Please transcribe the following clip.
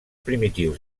primitius